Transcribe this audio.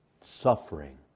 suffering